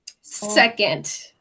Second